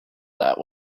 that